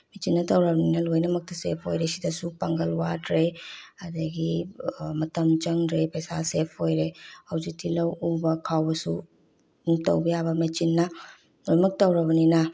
ꯃꯦꯆꯤꯟꯅ ꯇꯧꯔꯃꯤꯅ ꯂꯣꯏꯅꯃꯛꯇ ꯁꯦꯐ ꯑꯣꯏꯔꯦ ꯁꯤꯗꯁꯨ ꯄꯥꯡꯒꯜ ꯋꯥꯗ꯭ꯔꯦ ꯑꯗꯒꯤ ꯃꯇꯝ ꯆꯪꯗ꯭ꯔꯦ ꯄꯩꯁꯥ ꯁꯦꯐ ꯑꯣꯏꯔꯦ ꯍꯧꯖꯤꯛꯇꯤ ꯂꯧ ꯎꯕ ꯈꯥꯎꯕꯁꯨ ꯇꯧꯕ ꯌꯥꯕ ꯃꯦꯆꯤꯟꯅ ꯂꯣꯏꯃꯛ ꯇꯧꯔꯕꯅꯤꯅ